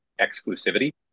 exclusivity